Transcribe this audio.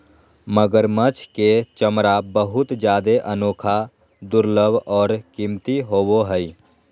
मगरमच्छ के चमरा बहुत जादे अनोखा, दुर्लभ और कीमती होबो हइ